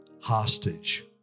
hostage